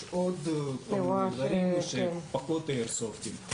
יש עוד דברים, אבל יש פחות איירסופטים.